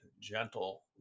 gentle